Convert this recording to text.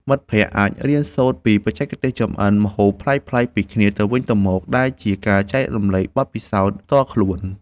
មិត្តភក្តិអាចរៀនសូត្រពីបច្ចេកទេសចម្អិនម្ហូបប្លែកៗពីគ្នាទៅវិញទៅមក ដែលជាការចែករំលែកបទពិសោធន៍ផ្ទាល់ខ្លួន។